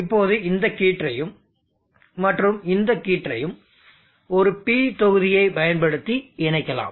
இப்போது இந்த கீற்றையும் மற்றும் இந்த கீற்றையும் ஒரு P தொகுதியைப் பயன்படுத்தி இணைக்கலாம்